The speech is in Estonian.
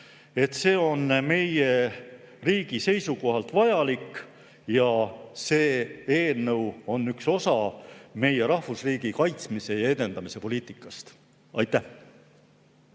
eelnõu on meie riigi seisukohalt vajalik, see on üks osa meie rahvusriigi kaitsmise ja edendamise poliitikast. Aitäh!